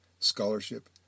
scholarship